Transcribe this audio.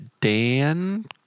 Dan